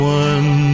one